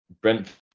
Brentford